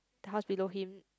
the house below him